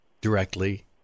directly